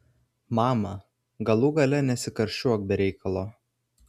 mama galų gale nesikarščiuok be reikalo